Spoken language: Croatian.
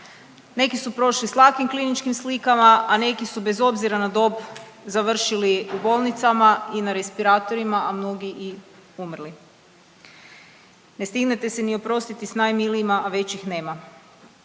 Neki su prošli sa lakim kliničkim slikama, a neki su bez obzira na dob završili u bolnicama i na respiratorima, a mnogi i umrli. Ne stignete se ni oprostiti sa najmilijima, a već ih nema.